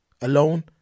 alone